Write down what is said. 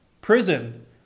Prison